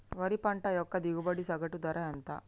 వరి పంట యొక్క దిగుబడి సగటు ధర ఎంత?